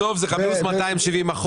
בסוף זה 270 אחוזים.